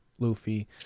luffy